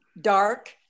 dark